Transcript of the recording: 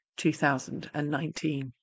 2019